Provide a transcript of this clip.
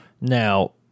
Now